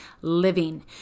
Living